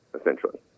essentially